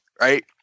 right